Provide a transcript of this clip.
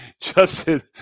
Justin